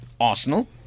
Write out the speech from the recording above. Arsenal